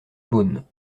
beaune